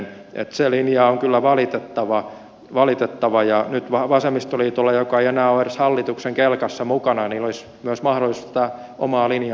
se linja on kyllä valitettava ja nyt vaan vasemmistoliitolle joka ei enää ole edes hallituksen kelkassa mukana olisi myös mahdollista omaa linjaansa tarkistaa